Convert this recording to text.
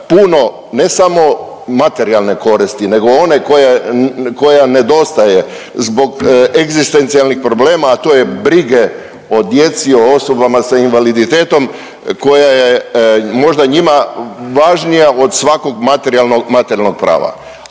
puno ne samo materijalne koristi nego one koja, koja nedostaje zbog egzistencijalnih problema, a to je brige o djeci o osobama sa invaliditetom koja je možda njima važnija od svakog materijalnog,